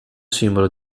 simbolo